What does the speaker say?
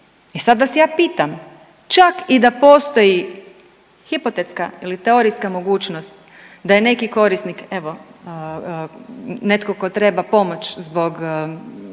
I sad vas ja pitam čak i da postoji hipotetska ili teorijska mogućnost da je neki korisnik evo netko tko treba pomoć zbog posebnih